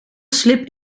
slib